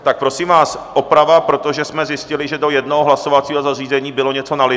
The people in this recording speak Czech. Tak prosím vás, oprava, protože jsme zjistili, že do jednoho hlasovacího zařízení bylo něco nalito.